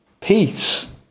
peace